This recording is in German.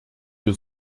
wir